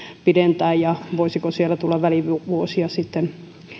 pidentää ja voisiko siellä tulla välivuosia sitten